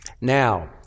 Now